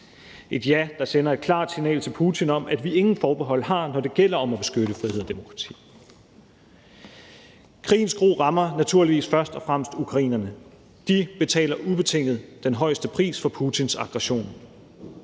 et ja, der sender et klart signal til Putin om, at vi ingen forbehold har, når det gælder om at beskytte frihed og demokrati. Krigens gru rammer naturligvis først og fremmest ukrainerne. De betaler ubetinget den højeste pris for Putins aggression.